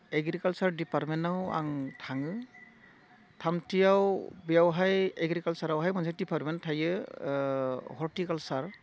एग्रिकालसार डिपार्टमेन्टआव आं थाङो थामथियाव बेयावहाय एग्रिकालसारावहाय मोनसे डिपार्टमेन्ट थायो हर्टिकालसार